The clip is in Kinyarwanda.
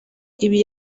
ibi